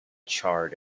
charred